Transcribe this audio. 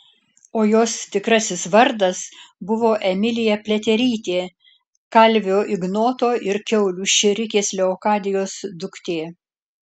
o jos tikrasis vardas buvo emilija pliaterytė kalvio ignoto ir kiaulių šėrikės leokadijos duktė